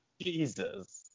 Jesus